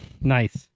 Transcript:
Nice